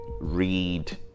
read